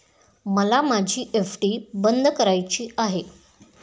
मला माझी एफ.डी बंद करायची आहे